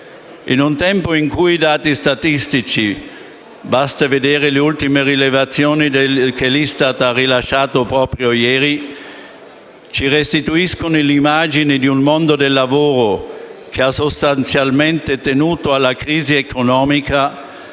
In un tempo in cui i dati statistici (basti vedere le ultime rilevazioni che l'ISTAT ha rilasciato proprio ieri) ci restituiscono l'immagine di un mondo del lavoro che ha sostanzialmente tenuto alla crisi economica,